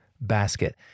basket